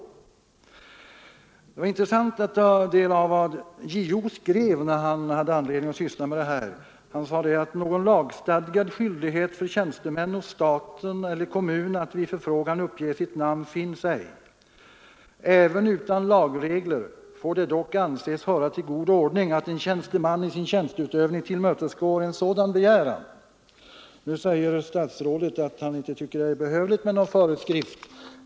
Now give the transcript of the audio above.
Det var intressant att ta del av vad JO skrev när han hade anledning att syssla med detta: ”Någon lagstadgad skyldighet för tjänstemän hos staten eller kommun att vid förfrågan uppge sitt namn finns ej. Även utan lagregler får det dock anses höra till god ordning, att en tjänsteman i sin tjänsteutövning tillmötesgår en sådan begäran.” Nu säger statsrådet att han inte tycker att det är behövligt med någon föreskrift.